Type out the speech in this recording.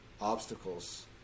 obstacles